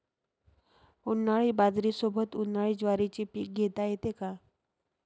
उन्हाळी बाजरीसोबत, उन्हाळी ज्वारीचे पीक घेता येते का?